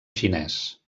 xinès